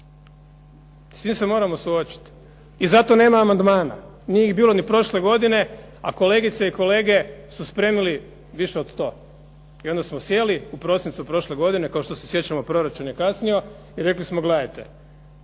S tim se moramo suočiti i zato nema amandmana, nije ih bilo ni prošle godine a kolegice i kolege su spremili više od 100, i onda smo sjeli u prosincu prošle godine kao što se sjećamo proračun je kasnio i rekli smo gledajte,